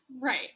Right